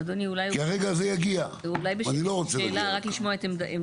הרגע הזה יגיע, ואני לא רוצה להגיע לשם.